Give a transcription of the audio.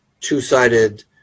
two-sided